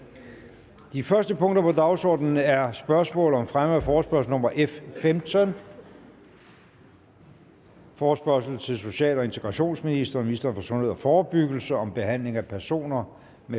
Det første punkt på dagsordenen er: 1) Spørgsmål om fremme af forespørgsel nr. F 15: Forespørgsel til social- og integrationsministeren og ministeren for sundhed og forebyggelse om behandling af personer med